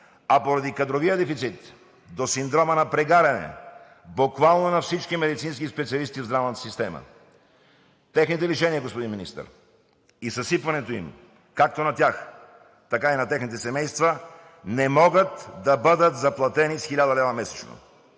а поради кадровия дефицит – до синдрома на прегаряне буквално на всички медицински специалисти в здравната система. Техните лишения, господин Министър, и съсипването им както на тях, така и на техните семейства, не могат да бъдат заплатени с 1000 лв. месечно.